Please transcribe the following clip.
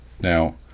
Now